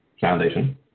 Foundation